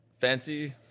fancy